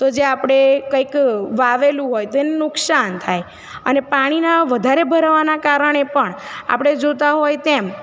તો જે આપણે કંઈક વાવેલું હોય તે એને નુકસાન થાય અને પાણીના વધારે ભરાવાના કારણે પણ આપણે જોતા હોય તેમ